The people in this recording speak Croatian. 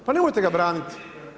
Pa nemojte ga braniti.